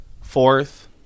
fourth